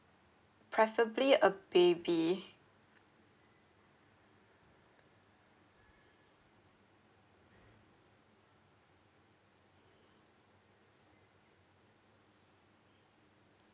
preferably a baby